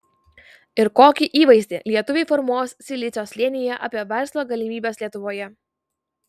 ir kokį įvaizdį lietuviai formuos silicio slėnyje apie verslo galimybes lietuvoje